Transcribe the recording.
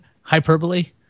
hyperbole